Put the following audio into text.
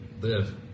live